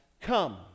come